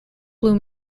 blue